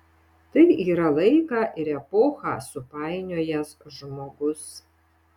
tai yra laiką ir epochą supainiojęs žmogus